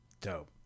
dope